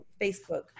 Facebook